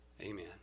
Amen